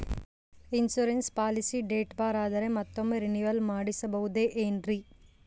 Insurance policy date bar ಆದರೆ ಮತ್ತೊಮ್ಮೆ renewal ಮಾಡಿಸಬಹುದೇ ಏನ್ರಿ?